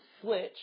switch